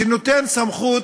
שנותן סמכות